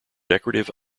decorative